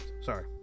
sorry